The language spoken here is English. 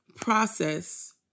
process